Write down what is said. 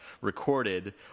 recorded